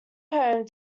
home